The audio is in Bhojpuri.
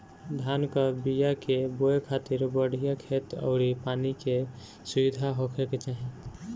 धान कअ बिया के बोए खातिर बढ़िया खेत अउरी पानी के सुविधा होखे के चाही